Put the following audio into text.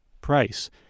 price